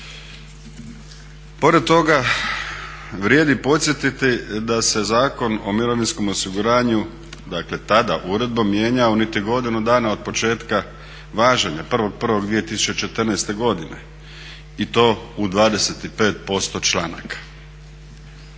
Pored toga, vrijedi podsjetiti da se Zakon o mirovinskom osiguranju, dakle tada uredbom mijenjao niti godinu dana od početka važenja 1.1. godine i to u 25% članaka.